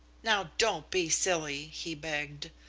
now don't be silly, he begged.